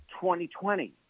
2020